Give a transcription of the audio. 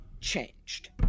changed